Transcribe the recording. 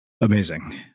amazing